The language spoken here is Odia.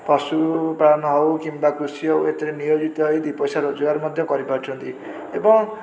ପଶୁପାଳନ ହେଉ କିମ୍ବା କୃଷି ହେଉ ଏଥିରେ ନିୟୋଜିତ ହେଇ ଦୁଇପଇସା ମଧ୍ୟ ରୋଜଗାର କରିପାରୁଛନ୍ତି ଏବଂ